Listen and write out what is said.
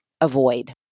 avoid